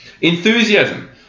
Enthusiasm